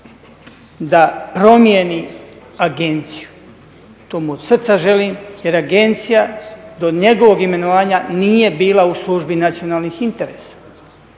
da promijeni agenciju, to mu od srca želim jer agencija do njegovog imenovanja nije bila u službi nacionalnih interesa.